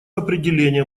определение